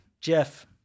Jeff